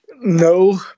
No